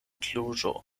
kluĵo